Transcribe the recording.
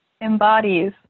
embodies